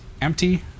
empty